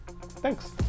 Thanks